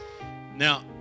Now